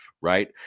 right